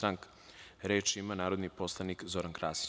Reč ima narodni poslanik Zoran Krasić.